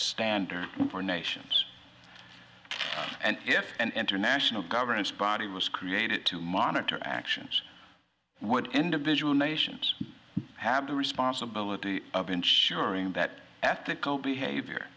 standards for nations and if and international governance body was created to monitor actions what individual nations have the responsibility of ensuring that ethical behavior